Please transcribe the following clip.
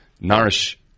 nourish